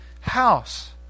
house